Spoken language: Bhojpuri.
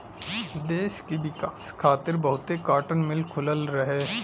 देस के विकास खातिर बहुते काटन मिल खुलल रहे